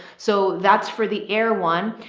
so that's for the air one.